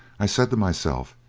i said to myself,